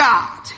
God